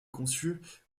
conçue